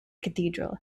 cathedral